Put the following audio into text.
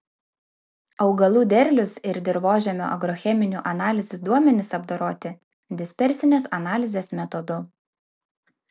augalų derlius ir dirvožemio agrocheminių analizių duomenys apdoroti dispersinės analizės metodu